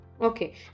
okay